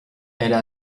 elles